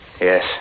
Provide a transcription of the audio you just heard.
Yes